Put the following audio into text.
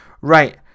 Right